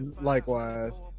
Likewise